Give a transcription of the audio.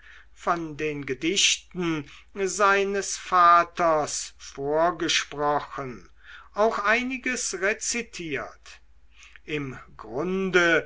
von den gedichten seines vaters vorgesprochen auch einiges rezitiert im grunde